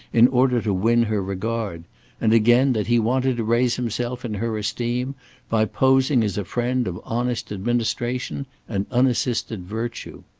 in order to win her regard and, again, that he wanted to raise himself in her esteem by posing as a friend of honest administration and unassisted virtue.